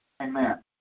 Amen